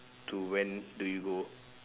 to when do you go